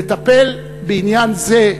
לטפל בעניין זה.